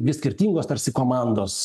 dvi skirtingos tarsi komandos